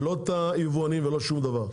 לא את היבואנים וזה המצב,